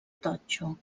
totxo